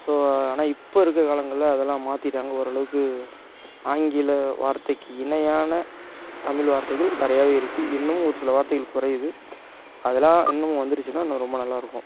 so ஆனால் இப்போது இருக்கற காலங்களில் அதெல்லாம் மாற்றிட்டாங்க ஓரளவுக்கு ஆங்கில வார்த்தைக்கு இணையான தமிழ் வார்த்தைகள் நிறையவே இருக்குது இன்னமும் ஒருசில வார்த்தைகள் குறையிது அதெலாம் இன்னமும் வந்துருச்சுன்னா இன்னும் ரொம்ப நல்லாயிருக்கும்